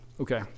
Okay